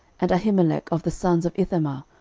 and ahimelech of the sons of ithamar,